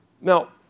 Now